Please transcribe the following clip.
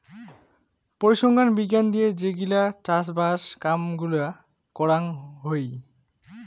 পরিসংখ্যান বিজ্ঞান দিয়ে যে গিলা চাষবাস কাম গুলা করাং হই